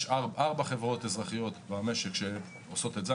יש 4 חברות אזרחיות במשק שעושות את זה.